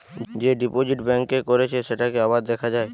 যে deposit bank এ করেছে সেটাকে আবার দেখা যায়